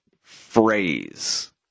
phrase